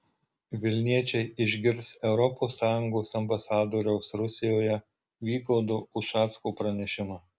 vilniečiai išgirs europos sąjungos ambasadoriaus rusijoje vygaudo ušacko pranešimą